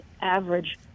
average